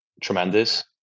tremendous